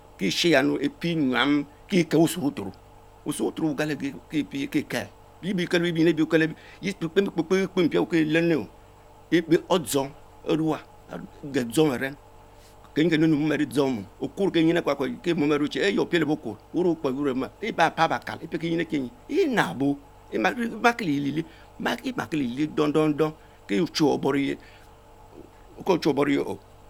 Kiesheya Epienyam kie kel oshue buturo, Oshue butino Owen gale kpekpekpe kie kel, yebi kele bi bay mie kpepeh-kpeh mpie ewe kie kimn, Odzoug opiewa, egedzonlaeven, kemy kenunu momati arie dzoug mom Okum Kemjin Okie cine the cych opielebo. Okwor, wich rue Kipe ynyned mom tbhe yepapa bakal leba kempin ekienyi, enabos, emakie leyied eleyien lee, enabo ematile vigiel dondondon kio ochuwe Obororieye ohh.